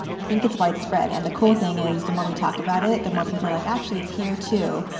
i think it's widespread, and the cool thing is the more we talk about it, the more people are like, actually, it's here too,